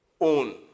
own